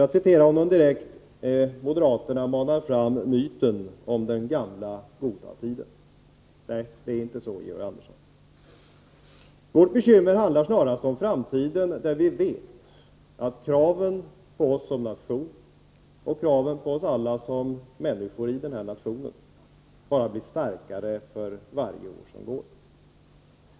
Jag citerar honom: ”Moderaternas skolpolitik söker nu frammana myten om den gamla goda tiden.” Nej, det är inte så, Georg Andersson. Vårt bekymmer handlar snarast om framtiden. Vi vet att kraven på oss som nation, och på oss alla som människor i denna nation, bara blir starkare för varje år som går.